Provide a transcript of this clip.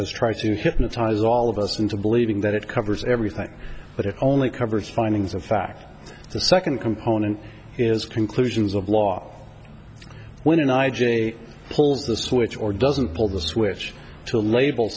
has tried to hypnotize all of us into believing that it covers everything but it only covers findings of fact the second component is conclusions of law when an i j pulls the switch or doesn't pull the switch to label